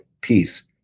peace